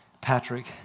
Patrick